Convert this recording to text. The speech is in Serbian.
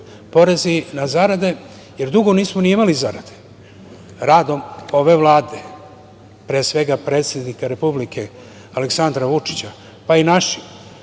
Porezi na zarade, jer dugo nismo ni imali zarade. Radom ove Vlade, pre svega predsednika Republike Aleksandra Vučića, pa i naših,